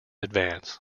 advance